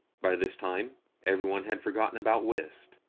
by this time every one had forgotten about whist,